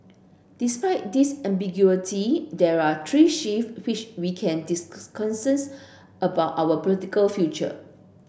despite this ambiguity there are three shift which we can about our political future